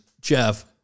Jeff